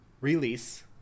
release